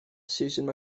susan